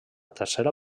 tercera